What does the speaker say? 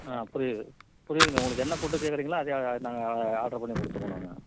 ஆ புரியுது புரியுதுங்க உங்களுக்கு என்ன ஃபுட்டு கேட்குறீங்களோ அதே நாங்கள் ஆர்டர் பண்ணி கொடுத்துருவோம் நாங்கள்